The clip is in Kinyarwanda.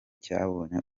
cyabonye